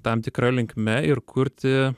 tam tikra linkme ir kurti